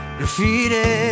Graffiti